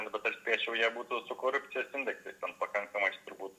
nu bet aš spėčiau jie būtų su korupcijos indeksais ten pakankamais turbūt